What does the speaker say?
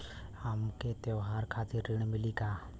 हमके त्योहार खातिर ऋण मिली का?